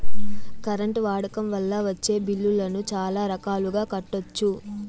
current వాడకం వల్ల వచ్చే బిల్లులను చాలా రకాలుగా కట్టొచ్చు